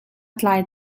tlai